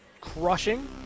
crushing